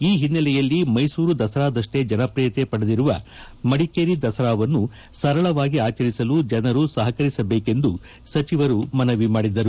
ಈ ಹಿನ್ನೆಲೆಯಲ್ಲಿ ಮೈಸೂರು ದಸರಾದಷ್ಷೇ ಜನಪ್ರಿಯತೆ ಪಡೆದಿರುವ ಮಡಿಕೇರಿ ದಸರಾವನ್ನು ಸರಳವಾಗಿ ಆಚರಿಸಲು ಜನರು ಸಪಕರಿಸಬೇಕೆಂದು ಮನವಿ ಮಾಡಿದರು